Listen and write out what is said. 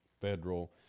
federal